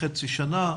חצי שנה,